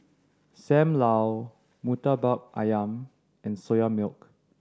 Sam Lau Murtabak Ayam and Soya Milk